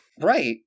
Right